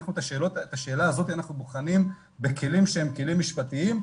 את השאלה הזאת אנחנו בוחנים בכלים שהם כלים משפטיים,